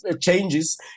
changes